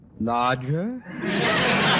larger